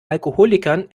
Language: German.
alkoholikern